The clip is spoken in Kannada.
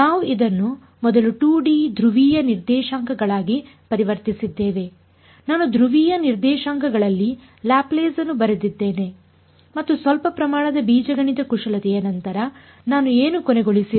ನಾವು ಇದನ್ನು ಮೊದಲು 2 ಡಿ ಧ್ರುವೀಯ ನಿರ್ದೇಶಾಂಕಗಳಾಗಿ ಪರಿವರ್ತಿಸಿದ್ದೇವೆ ನಾನು ಧ್ರುವೀಯ ನಿರ್ದೇಶಾಂಕಗಳಲ್ಲಿ ಲ್ಯಾಪ್ಲೇಸ್ ಅನ್ನು ಬರೆದಿದ್ದೇನೆ ಮತ್ತು ಸ್ವಲ್ಪ ಪ್ರಮಾಣದ ಬೀಜಗಣಿತ ಕುಶಲತೆಯ ನಂತರ ನಾನು ಏನು ಕೊನೆಗೊಳಿಸಿದೆ